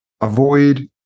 avoid